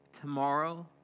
tomorrow